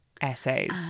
essays